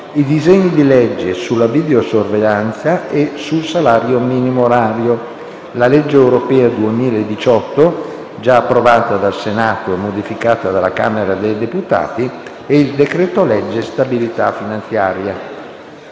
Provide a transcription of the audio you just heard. i disegni di legge sulla videosorveglianza e sul salario minimo orario, la legge europea 2018, già approvata dal Senato e modificata dalla Camera dei deputati, e il decreto-legge stabilità finanziaria.